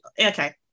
Okay